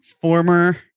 former